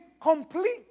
complete